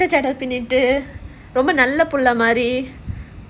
ah ரெட்டை ஜடை பின்னிட்டு ரொம்ப நல்ல புள்ள மாதிரி:retta jadai pinnitu romba nalla pulla maadhiri